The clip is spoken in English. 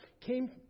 came